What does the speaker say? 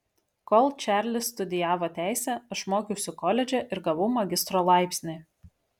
kol čarlis studijavo teisę aš mokiausi koledže ir gavau magistro laipsnį